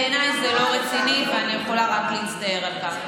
בעיניי זה לא רציני ואני יכולה רק להצטער על כך.